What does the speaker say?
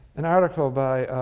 an article by